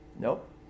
Nope